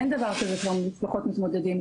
אין דבר כזה משפחות מתמודדים.